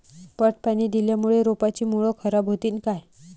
पट पाणी दिल्यामूळे रोपाची मुळ खराब होतीन काय?